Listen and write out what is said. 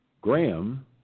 Graham